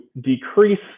decrease